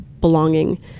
belonging